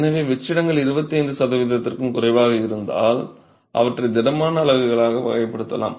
எனவே வெற்றிடங்கள் 25 சதவீதத்திற்கும் குறைவாக இருந்தால் அவற்றை திடமான அலகுகளாக வகைப்படுத்தலாம்